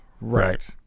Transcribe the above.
Right